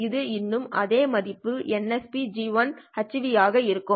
இது இன்னும் அதே மதிப்பு nsphν ஆக இருக்கும்